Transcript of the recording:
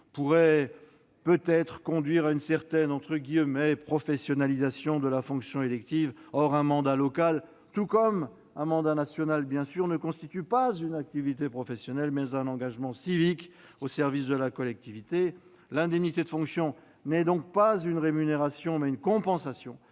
pourrait peut-être conduire à une certaine « professionnalisation » de la fonction élective. Or un mandat local, tout comme un mandat national, ne constitue pas une activité professionnelle, mais un engagement civique au service de la collectivité. L'indemnité de fonction n'est donc pas une rémunération, mais une compensation